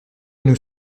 nous